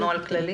"נוהל כללי